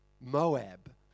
Moab